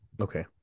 Okay